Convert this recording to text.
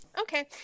Okay